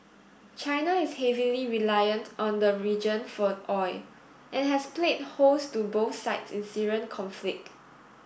China is heavily reliant on the region for oil and has played host to both sides in Syrian conflict